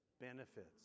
benefits